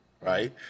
right